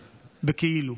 בכאילו.